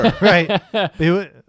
Right